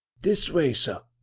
this way, sir.